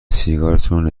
سیگارتونو